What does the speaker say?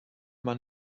man